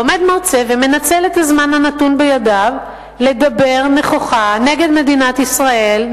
עומד מרצה ומנצל את הזמן הנתון בידיו לדבר נכוחה נגד מדינת ישראל,